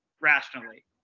rationally